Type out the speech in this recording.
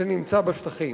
שנמצא בשטחים.